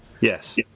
Yes